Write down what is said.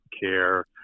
care